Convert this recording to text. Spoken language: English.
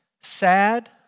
Sad